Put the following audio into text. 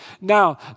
Now